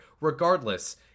Regardless